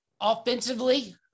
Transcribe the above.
Offensively